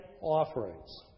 offerings